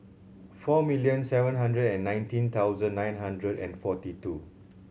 four million seven hundred and nineteen thousand nine hundred and forty two